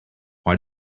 why